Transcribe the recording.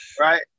right